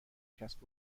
کسب